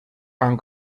and